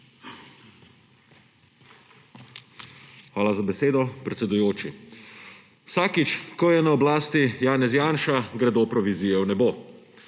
Hvala za besedo, predsedujoči. Vsakič, ko je na oblasti Janez Janša, gredo provizije v nebo.